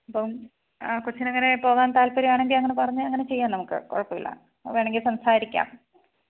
അപ്പം ആ കൊച്ചിന് അങ്ങനെ പോകാന് താല്പ്പര്യം ആണെങ്കില് അങ്ങനെ പറഞ്ഞ് അങ്ങനെ ചെയ്യാം നമുക്ക് കുഴപ്പമില്ല വേണമെങ്കില് സംസാരിക്കാം